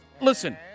listen